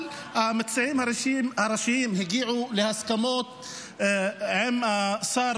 אבל המציעים הראשיים הגיעו להסכמות עם השר